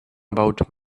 about